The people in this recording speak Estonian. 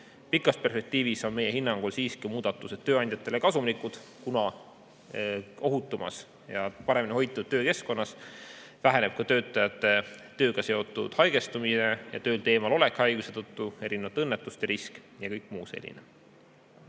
Pikas perspektiivis on meie hinnangul muudatused siiski tööandjatele kasumlikud, kuna ohutumas ja paremini hoitud töökeskkonnas väheneb ka töötajate tööga seotud haigestumine ja töölt eemalolek haiguse tõttu, õnnetuste risk ja kõik muu selline.